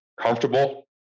comfortable